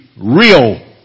real